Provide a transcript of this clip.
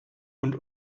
und